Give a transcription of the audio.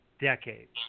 decades